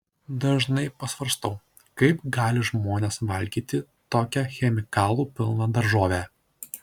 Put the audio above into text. dažnai pasvarstau kaip gali žmonės valgyti tokią chemikalų pilną daržovę